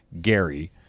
gary